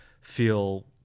feel